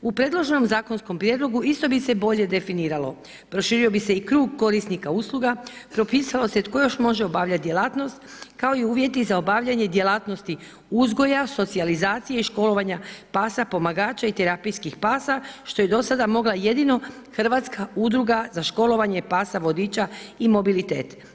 U predloženom zakonskom prijedlogu, isto bi se bolje definiralo, proširio bi se i krug korisnika usluga, propisalo se tko još može obavljati djelatnost, kao i uvjeti za obavljanje djelatnosti uzgoja, socijalizacije i školovanja pasa pomagača i terapijskih pasa, što je do sada mogla jedino Hrvatska udruga za školovanje pasa vodiča i morbiditet.